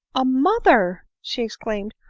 a mother! she exclaimed,